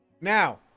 Now